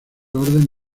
orden